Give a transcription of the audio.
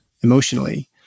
emotionally